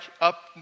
up